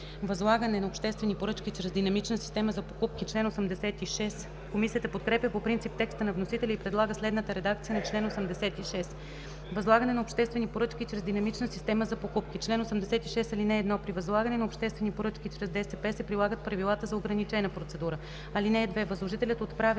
„Възлагане на обществени поръчки чрез динамична система за покупки”. Комисията подкрепя по принцип текста на вносителя и предлага следната редакция на чл. 86: „Възлагане на обществени поръчки чрез динамична система за покупки Чл. 86. (1) При възлагане на обществени поръчки чрез ДСП се прилагат правилата за ограничена процедура. (2) Възложителят отправя